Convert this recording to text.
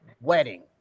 wedding